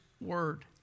word